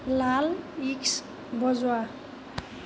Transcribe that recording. লাল ইস্ক বজোৱা